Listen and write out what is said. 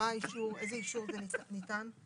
איזה אישור ניתן?